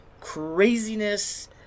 craziness